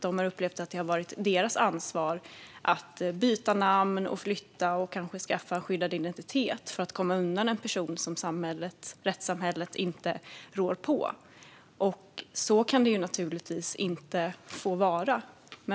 De har upplevt att det har varit deras ansvar att byta namn, flytta och kanske skaffa skyddad identitet för att komma undan en person som rättssamhället inte rår på. Så kan det naturligtvis inte få vara.